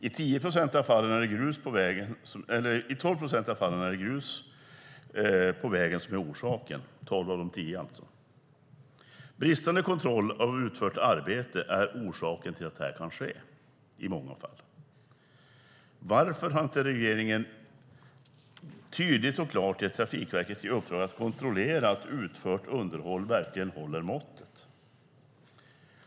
I 12 procent av dessa fall är det grus på vägen som är orsaken. Bristande kontroll av utfört arbete är i många fall orsaken till att detta kan ske. Varför har inte regeringen tydligt och klart gett Trafikverket i uppdrag att kontrollera att utfört underhåll verkligen håller måttet?